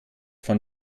von